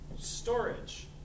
Storage